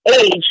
age